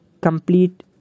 complete